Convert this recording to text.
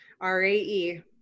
R-A-E